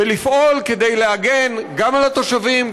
ולפעול כדי להגן גם על התושבים,